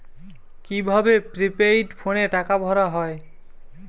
কি ভাবে প্রিপেইড ফোনে টাকা ভরা হয়?